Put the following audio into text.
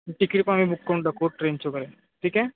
ticket पण आम्ही book करून टाकू ट्रेनच्या वगैरे ठीक आहे